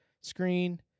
screen